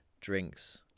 drinks